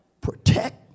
protect